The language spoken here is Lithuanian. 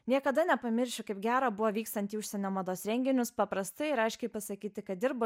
niekada nepamiršiu kaip gera buvo vykstant į užsienio mados renginius paprastai ir aiškiai pasakyti kad dirbu